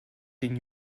den